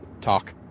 talk